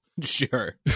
Sure